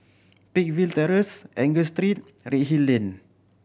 Peakville Terrace Angus Street and Redhill Lane